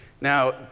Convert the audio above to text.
Now